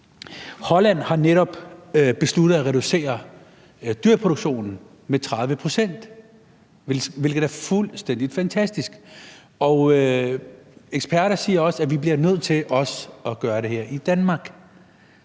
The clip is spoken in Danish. Holland har netop besluttet at reducere dyreproduktionen med 30 pct., hvilket er fuldstændig fantastisk, og eksperter siger også, at vi bliver nødt til også at gøre det her i Danmark.